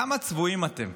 כמה צבועים אתם?